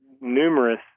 numerous